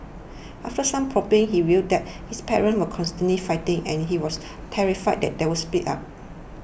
after some probing he revealed that his parents were constantly fighting and he was terrified that they would split up